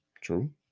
True